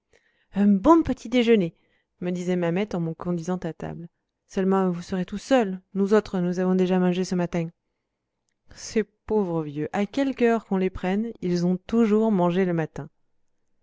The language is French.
un bon petit déjeuner me disait mamette en me conduisant à table seulement vous serez tout seul nous autres nous avons déjà mangé ce matin ces pauvres vieux à quelque heure qu'on les prenne ils ont toujours mangé le matin